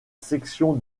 section